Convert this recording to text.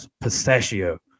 pistachio